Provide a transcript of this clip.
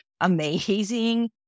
amazing